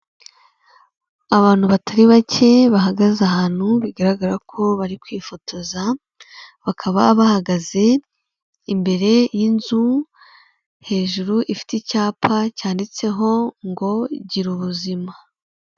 Abantu batari bake bahagaze ahantu bigaragara ko bari kwifotoza, bakaba bahagaze imbere y'inzu, hejuru ifite icyapa cyanditseho ngo ''Gira ubuzima.''